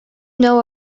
know